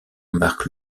marque